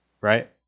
right